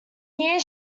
here